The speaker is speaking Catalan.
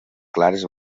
clares